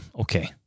okay